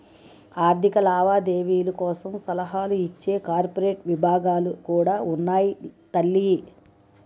ఆర్థిక లావాదేవీల కోసం సలహాలు ఇచ్చే కార్పొరేట్ విభాగాలు కూడా ఉన్నాయి తల్లీ